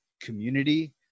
community